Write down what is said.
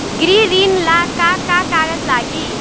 गृह ऋण ला का का कागज लागी?